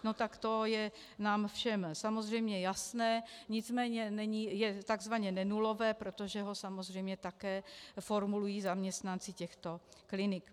Tak to je nám všem samozřejmě jasné, nicméně je takzvaně nenulové, protože ho samozřejmě také formulují zaměstnanci těchto klinik.